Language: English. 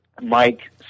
Mike